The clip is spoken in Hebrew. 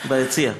ביציע.